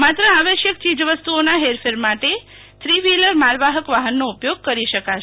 માત્ર આવશ્યક ચીજ વસ્તુઓના હેરફેર માટે થ્રી વ્હીલર માલવાહક વાહનનો ઉપયોગ કરી શકાશે